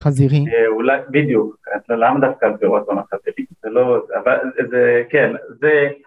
אולי בדיוק, למה דווקא זה אומר חזירי, זה לא, זה כן, זה